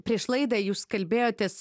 prieš laidą jūs kalbėjotės